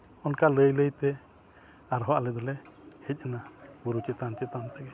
ᱚᱱᱠᱟ ᱞᱟᱹᱭ ᱞᱟᱹᱭᱛᱮ ᱟᱨ ᱦᱚᱸ ᱟᱞᱮ ᱫᱚᱞᱮ ᱦᱮᱡ ᱮᱱᱟ ᱵᱩᱨᱩ ᱪᱮᱛᱟᱢ ᱪᱮᱛᱟᱱ ᱛᱮᱜᱮ